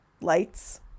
lights